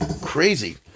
crazy